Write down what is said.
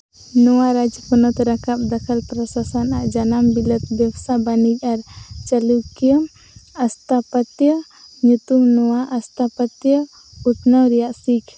ᱱᱚᱣᱟ ᱨᱟᱡᱽ ᱯᱚᱱᱚᱛ ᱨᱟᱠᱟᱵ ᱯᱨᱚᱥᱟᱥᱚᱱ ᱟᱜ ᱡᱟᱱᱟᱢ ᱵᱤᱞᱟᱹᱛ ᱵᱮᱵᱽᱥᱟ ᱵᱟᱹᱱᱤᱡᱽ ᱟᱨ ᱪᱟᱹᱞᱩᱠᱤᱭᱟᱹ ᱟᱥᱛᱷᱟ ᱯᱟᱹᱛᱭᱟᱹ ᱧᱩᱛᱩᱢ ᱱᱚᱣᱟ ᱟᱥᱛᱷᱟ ᱯᱟᱹᱛᱭᱟᱹᱣ ᱩᱛᱱᱟᱹᱣ ᱨᱮᱭᱟᱜ ᱥᱤᱠᱷ